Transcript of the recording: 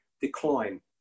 decline